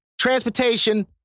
transportation